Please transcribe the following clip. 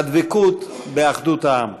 הדבקות באחדות העם.